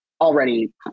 already